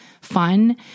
fun